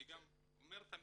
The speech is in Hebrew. אני גם אומר את המילים.